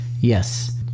Yes